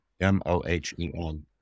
M-O-H-E-N